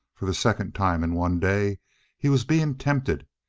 for the second time in one day he was being tempted,